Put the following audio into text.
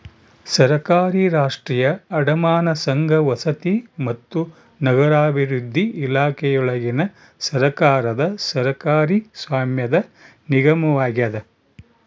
ಸರ್ಕಾರಿ ರಾಷ್ಟ್ರೀಯ ಅಡಮಾನ ಸಂಘ ವಸತಿ ಮತ್ತು ನಗರಾಭಿವೃದ್ಧಿ ಇಲಾಖೆಯೊಳಗಿನ ಸರ್ಕಾರದ ಸರ್ಕಾರಿ ಸ್ವಾಮ್ಯದ ನಿಗಮವಾಗ್ಯದ